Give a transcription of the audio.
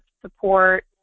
support